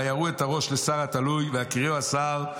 ויראו את הראש לשר התלוי ויכירהו השר,